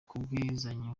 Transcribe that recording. kubwizanya